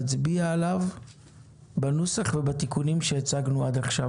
נצביע עליו בנוסח ובתיקונים שהצגנו עד עכשיו,